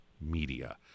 media